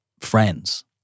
friends